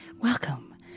Welcome